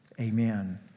Amen